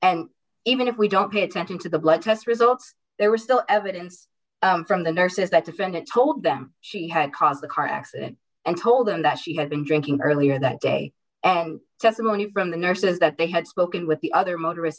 and even if we don't pay attention to the blood test results there were still evidence from the nurses that defendant told them she had caused the car accident and told them that she had been drinking earlier that day and testimony from the nurses that they had spoken with the other motorist